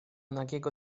nagiego